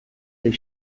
les